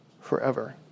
forever